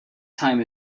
time